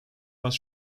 was